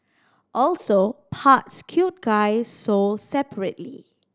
also parts cute guy sold separately